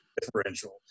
Differential